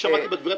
שמעתי רק